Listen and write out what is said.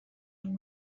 and